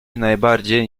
najbardziej